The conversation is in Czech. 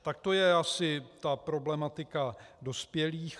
Tak to je asi problematika dospělých.